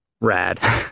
rad